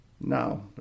now